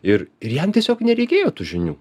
ir jam tiesiog nereikėjo tų žinių